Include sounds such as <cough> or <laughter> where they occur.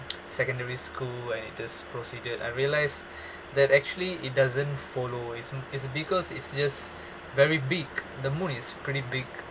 <noise> secondary school and in this procedure I realise <breath> that actually it doesn't follow and is because it's just very big the moon is pretty big